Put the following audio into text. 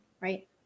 right